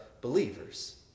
believers